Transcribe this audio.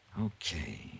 Okay